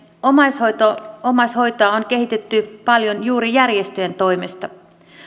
omaishoitoa on kehitetty paljon juuri järjestöjen toimesta